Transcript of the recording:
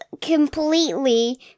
completely